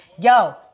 Yo